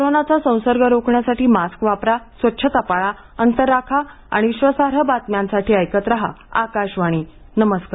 कोरोनाचा संसर्ग रोखण्यासाठी मास्क वापरा स्वच्छता पाळा अंतर राखा आणि विश्वासार्ह बातम्यांसाठी ऐकत रहा आकाशवाणी नमस्कार